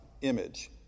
image